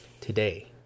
Today